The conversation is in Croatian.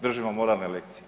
Držimo moralne lekcije.